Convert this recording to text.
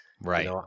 Right